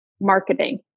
marketing